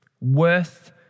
Worth